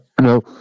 No